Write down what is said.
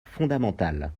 fondamental